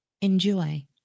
enjoy